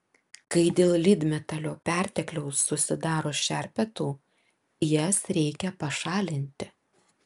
kai dėl lydmetalio pertekliaus susidaro šerpetų jas reikia pašalinti